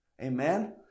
Amen